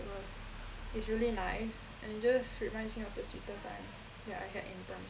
was it's really nice and just reminds me of the sweeter times that I had in